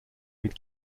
mit